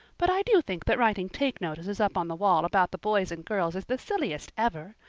but i do think that writing take-notices up on the wall about the boys and girls is the silliest ever.